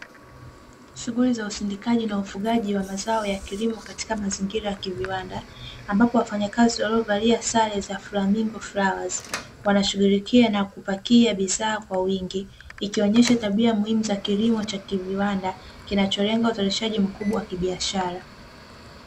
Shughuli za usindikaji na ufugaji wa mazao ya kilimo katika mazingira ya ukiviwanda, ambapo wafanyakazi waliovalia sare za flamingo flowers wanashughulikia na kupakia bidhaa kwa wingi, ikionyesha tabia muhimu za kilimo chaukiviwanda kinacho lenga uzalishaji mkubwa wa kibiashara.